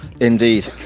indeed